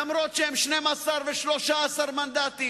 אף-על-פי שהם 12 ו-13 מנדטים,